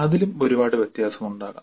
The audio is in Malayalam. അതിലും ഒരുപാട് വ്യത്യാസമുണ്ടാകാം